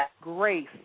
grace